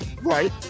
Right